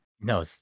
No